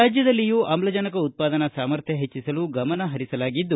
ರಾಜ್ಯದಲ್ಲಿಯೂ ಆಮ್ಲಜನಕ ಉತ್ಪಾದನಾ ಸಾಮರ್ಥ್ಯ ಹೆಚ್ಚಿಸಲು ಗಮನಪರಿಸಲಾಗಿದೆ